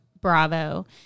Bravo